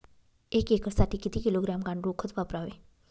एक एकरसाठी किती किलोग्रॅम गांडूळ खत वापरावे?